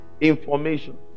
Information